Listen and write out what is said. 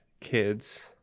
kids